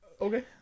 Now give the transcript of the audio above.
okay